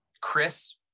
Chris